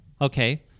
okay